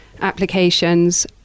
applications